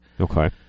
Okay